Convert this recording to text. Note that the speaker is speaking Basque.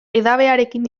edabearekin